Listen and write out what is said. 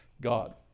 God